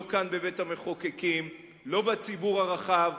לא כאן בבית-המחוקקים ולא בציבור הרחב.